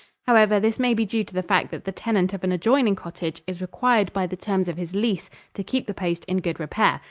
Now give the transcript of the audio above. however, this may be due to the fact that the tenant of an adjoining cottage is required by the terms of his lease to keep the post in good repair,